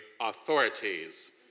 authorities